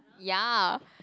ya